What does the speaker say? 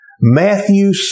Matthew